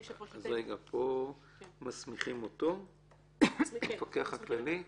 פה מסמיכים את המפקח הכללי?